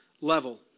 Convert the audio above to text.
level